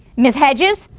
ms. hedges.